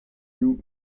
you